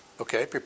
Okay